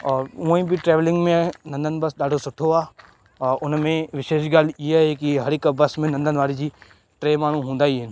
और हूअं ई बि ट्रेविलिंग में नंदन बस ॾाढो सुठो आहे ऐं उनमें विशेष ॻाल्हि ईअं आहे की हर हिक बस में नंदन वारे जी टे माण्हू हूंदा ई आहिनि